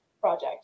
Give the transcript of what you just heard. project